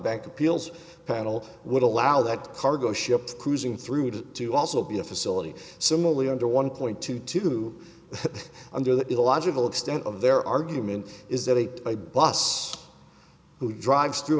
back appeals panel would allow that cargo ship cruising through it to also be a facility similarly under one point two two under the illogical extent of their argument is that a a boss who drives through